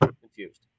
confused